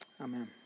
Amen